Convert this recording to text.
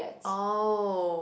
oh